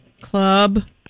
Club